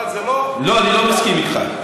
אבל זה לא, לא, אני לא מסכים איתך.